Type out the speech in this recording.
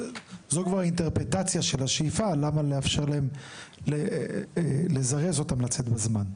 זו כבר אינטרפרטציה של השאיפה למה לאפשר להם לזרז אותם לצאת בזמן.